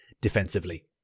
defensively